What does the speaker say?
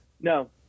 No